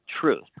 truth